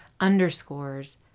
underscores